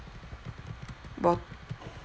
bot~